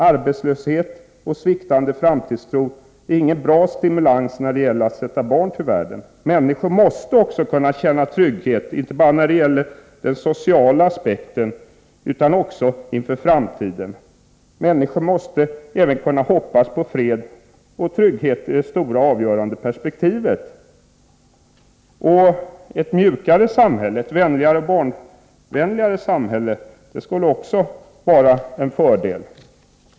Arbetslöshet och sviktande framtidstro är ingen bra stimulans när det gäller att påverka människor att sätta barn till världen. Människor måste kunna känna trygghet inte bara när det gäller sociala aspekter utan också inför framtiden. Människor måste också kunna hoppas på fred och trygghet i det stora avgörande perspektivet. Ett mjukare och mer barnvänligt samhälle skulle också vara en fördel.